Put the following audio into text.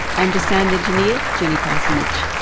and to sound engineer, jenny parsonage.